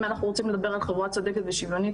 אם אנחנו רוצים לדבר על חברה צודקת ושוויונית,